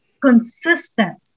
consistent